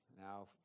now